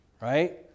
right